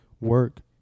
work